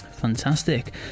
Fantastic